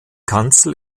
kanzel